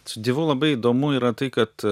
su dievu labai įdomu yra tai kad